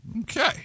Okay